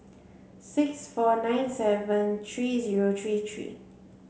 six four nine seven three zero three three